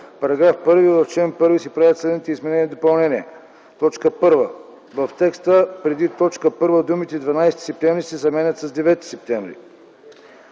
§ 1: „§ 1. В чл. 1 се правят следните изменения и допълнения: 1. В текста преди т. 1 думите „12 септември” се заменят с „9 септември”.